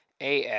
af